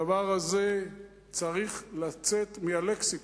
הדבר הזה צריך לצאת מהלקסיקון.